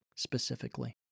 specifically